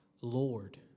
Lord